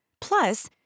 Plus